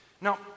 Now